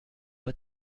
pas